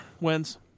wins